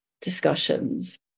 discussions